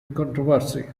controversy